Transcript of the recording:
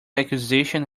acquisition